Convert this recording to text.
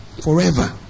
forever